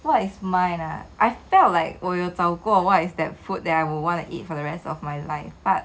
what is mine ah I felt like 我有找过 what is that food that I would wanna eat for the rest of my life but